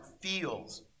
feels